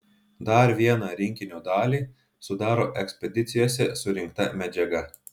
dar vieną rinkinio dalį sudaro ekspedicijose surinkta medžiaga